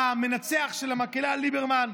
עם המנצח של המקהלה ליברמן,